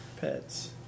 pets